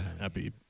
happy